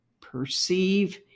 perceive